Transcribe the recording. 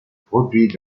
produit